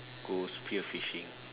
go spear fishing